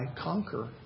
conquer